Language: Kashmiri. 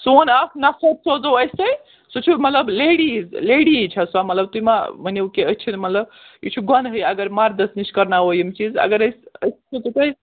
سون اکھ نفر سوزو أسۍ تُہۍ سُہ چھِ مطلب لیٚڈی لیٚڈیٖز چھےٚ سۄ مطلب تُہۍ ما ؤنِو کہِ أسۍ چھِنہٕ مطلب یہِ چھُ گۄنہٕے اگر مردس نِش کرناوو یِم چیٖز اگر أسۍ أسۍ